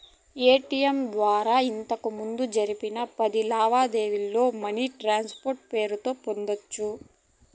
ATM ద్వారా ఇంతకిముందు జరిపిన పది లావాదేవీల్లో మినీ స్టేట్మెంటు పేరుతో పొందొచ్చు